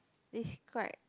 this quite